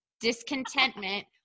discontentment